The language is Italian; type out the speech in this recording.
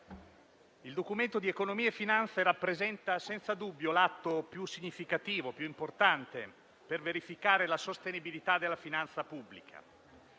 il Documento di economia e finanza rappresenta senza dubbio l'atto più significativo, più importante, per verificare la sostenibilità della finanza pubblica.